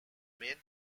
main